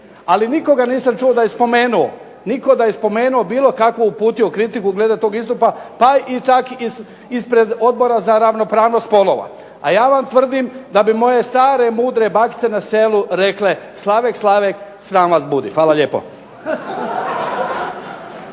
Ali nikoga nisam čuo da je spomenuo, nitko da je spomenuo bilo kakvu uputio kritiku glede tog istupa, pa i čak ispred Odbora za ravnopravnost spolova. A ja vam tvrdim da bi moje stare mudre bakice na selu rekle Slavek, Slavek, sram vas budi. Hvala lijepo.